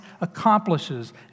accomplishes